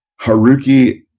Haruki